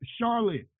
charlotte